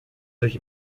sich